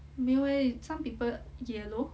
没有耶 some people yellow